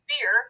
fear